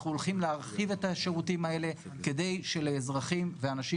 אנחנו הולכים להרחיב את השירותים האלה כדי שלאזרחים ואנשים